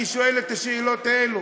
אני שואל את השאלות האלה.